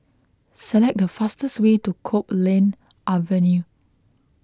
select the fastest way to Copeland Avenue